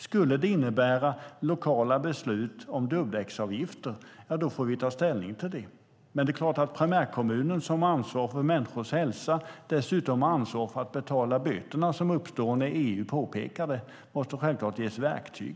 Skulle det innebära lokala beslut om dubbdäcksavgifter får vi ta ställning till det. Men det är klart att primärkommunen som har ansvar för människors hälsa och dessutom har ansvar för att betala böterna som uppstår när EU påpekar detta måste ges verktyg.